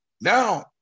Now